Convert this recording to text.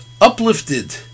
uplifted